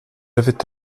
avait